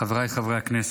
חבריי חברי הכנסת,